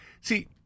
See